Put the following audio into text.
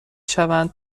شوند